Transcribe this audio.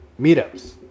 Meetups